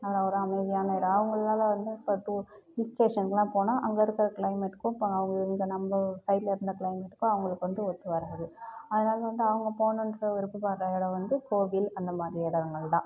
அதமாதிரி அமைதியான இடம் அவங்களால வந்து இப்போ டூ ஹில்ஸ் ஸ்டேஷன்க்குலாம் போனால் அங்கே இருக்கிற கிளைமேட்க்கும் இப்போ அவங்க இங்கே நம்ப சைடில் இருந்த கிளைமேட்க்கும் அவங்களுக்கு வந்து ஒத்து வராது அதனால் வந்து அவங்க போகணுன்னு இப்போ விருப்பப்படுற இடம் வந்து கோவில் அந்த மாதிரி இடங்கள் தான்